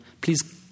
please